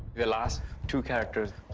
the last two characters,